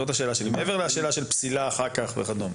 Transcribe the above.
מעבר לשאלה של פסילה אחר כך וכדומה.